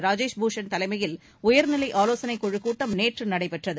ராஜேஷ் பூஷண் தலைமையில் உயர்நிலை ஆலோசனைக்குழுக் கூட்டம் நேற்று நடைபெற்றது